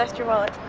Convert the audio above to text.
your wallet.